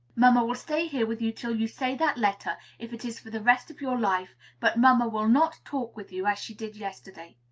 mamma will stay here with you till you say that letter, if it is for the rest of your life but mamma will not talk with you, as she did yesterday.